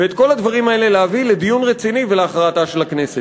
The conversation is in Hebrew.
ואת כל הדברים האלה להביא לדיון רציני ולהכרעתה של הכנסת.